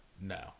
no